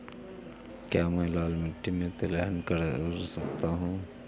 क्या मैं लाल मिट्टी में तिलहन कर सकता हूँ?